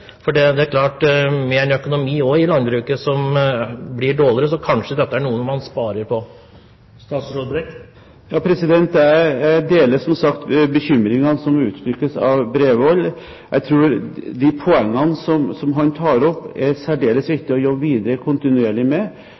med en økonomi i landbruket som også blir dårligere, er dette kanskje noe man sparer på. Jeg deler som sagt bekymringene som uttrykkes av Bredvold. Jeg tror de poengene han tar opp, er særdeles viktige å jobbe videre med kontinuerlig.